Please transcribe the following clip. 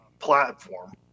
Platform